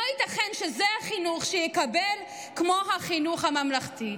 לא ייתכן שזה חינוך שיקבל כמו החינוך הממלכתי.